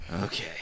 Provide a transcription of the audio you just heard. Okay